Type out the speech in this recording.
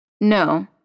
No